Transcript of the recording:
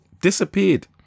disappeared